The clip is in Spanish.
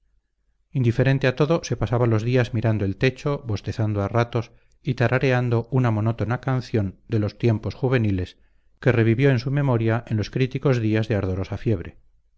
indiferente a todo se pasaba los días mirando al techo bostezando a ratos y tarareando una monótona canción de los tiempos juveniles que revivió en su memoria en los críticos días de ardorosa fiebre